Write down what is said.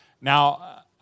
Now